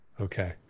Okay